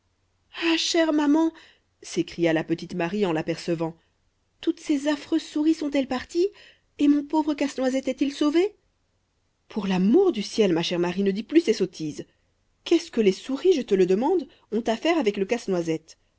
ah chère maman s'écria la petite marie en l'apercevant toutes ces affreuses souris sont-elles parties et mon pauvre casse-noisette est-il sauvé pour lamour du ciel ma chère marie ne dis plus ces sottises qu'est-ce que les souris je te le demande ont à faire avec le casse-noisette